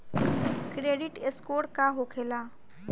Credit score का होखेला?